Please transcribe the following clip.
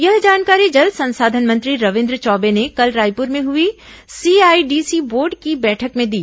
यह जानकारी जल संसाधन मंत्री रविन्द्र चौबे ने कल रायपुर में हुई सीआईडीसी बोर्ड की बैठक में दी